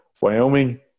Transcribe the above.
Wyoming